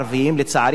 לצערי הרב,